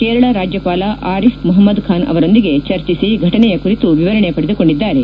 ಕೇರಳ ರಾಜ್ಜವಾಲ ಆರಿಫ್ ಮೊಹಮ್ನದ್ ಖಾನ್ ಅವರೊಂದಿಗೆ ಚರ್ಚಿಸಿ ಫಟನೆಯ ಕುರಿತು ವಿವರಣೆ ಪಡೆದುಕೊಂಡಿದ್ದಾರೆ